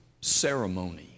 ceremony